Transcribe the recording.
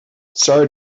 sorry